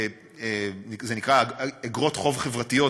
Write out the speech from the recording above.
זה נקרא "איגרות חוב חברתיות",